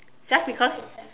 just because